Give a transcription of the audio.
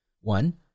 One